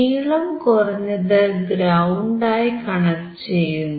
നീളം കുറഞ്ഞത് ഗ്രൌണ്ട് ആയി കണക്ട് ചെയ്യുന്നു